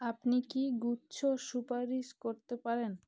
আপনি কি গুচ্ছ সুপারিশ করতে পারেন